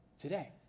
Today